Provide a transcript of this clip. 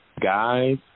Guys